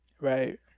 right